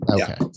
Okay